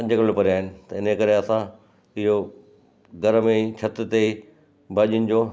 पंज किलोमीटर परे आहिनि त इन करे असां इहो घर में ई छित ते भाॼियुनि जो